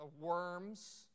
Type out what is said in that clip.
worms